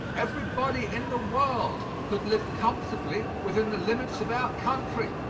everybody in the world could live comfortably within the limits of our country.